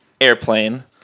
airplane